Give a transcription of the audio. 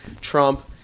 Trump